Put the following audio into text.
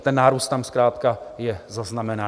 Ten nárůst tam zkrátka je zaznamenaný.